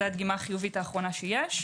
זו הדגימה האחרונה שיש.